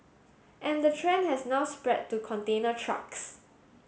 and the trend has now spread to container trucks